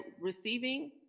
receiving